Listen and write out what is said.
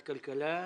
הכלכלה,